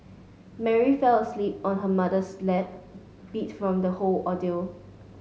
Mary fell asleep on her mother's lap beat from the whole ordeal